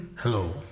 hello